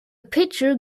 pitcher